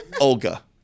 Olga